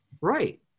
Right